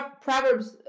Proverbs